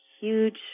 huge